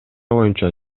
боюнча